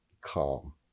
calm